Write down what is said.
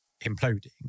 imploding